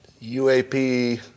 UAP